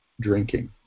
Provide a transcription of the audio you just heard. drinking